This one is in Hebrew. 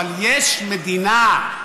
אבל יש מדינה,